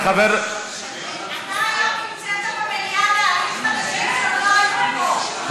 אתה היום המצאת במליאה נהלים חדשים שעוד לא היו פה,